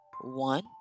one